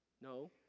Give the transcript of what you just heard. No